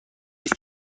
است